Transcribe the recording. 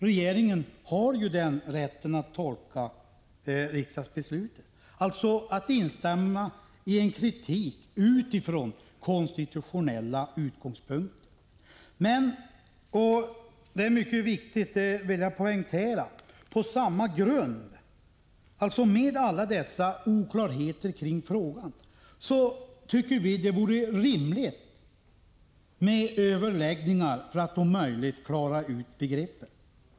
Regeringen har ju rätt att tolka riksdagsbeslutet. Vi instämmer alltså inte i en kritik från konstitutionella utgångspunkter. Men jag vill poängtera att vi på samma grund — med hänsyn till alla dessa oklarheter kring frågan — tycker att det vore rimligt med överläggningar för att om möjligt klara ut begreppen.